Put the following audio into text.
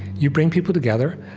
you bring people together,